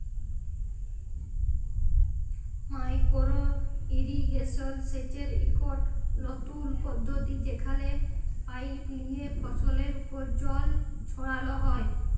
micro irrigation সেচের ইকট লতুল পদ্ধতি যেখালে পাইপ লিয়ে ফসলের উপর জল ছড়াল হ্যয়